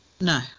No